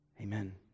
Amen